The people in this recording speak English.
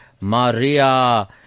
Maria